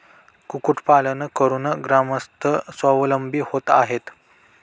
कुक्कुटपालन करून ग्रामस्थ स्वावलंबी होत आहेत